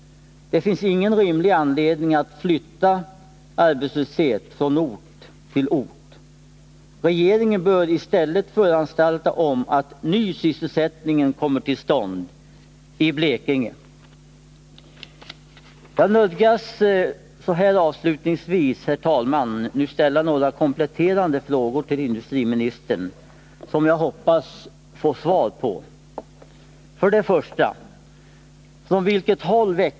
Det finns ingen rimlig anledning att flytta arbetslöshet från ort till ort. Regeringen bör föranstalta om att ny sysselsättning kommer till stånd i Blekinge. Jag nödgas avslutningsvis, herr talman, ställa några kompletterande frågor till industriministern, som jag hoppas få svar på. 2.